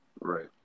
Right